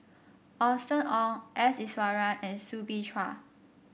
Austen Ong S Iswaran and Soo Bin Chua